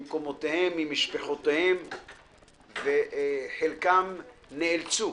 ממקומותיהם, ממשפחותיהם וחלקם נאלצו